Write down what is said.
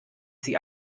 sie